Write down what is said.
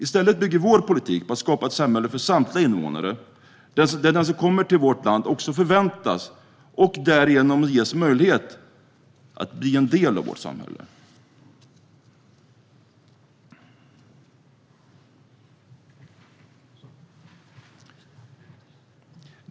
Vår politik bygger i stället på att skapa ett samhälle för samtliga invånare, där den som kommer till vårt land också förväntas, och därigenom ges möjlighet, att bli en del av vårt samhälle.